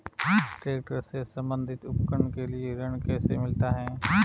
Tractor से संबंधित उपकरण के लिए ऋण कैसे मिलता है?